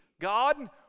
God